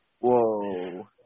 Whoa